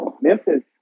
Memphis